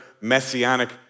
messianic